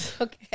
Okay